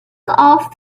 off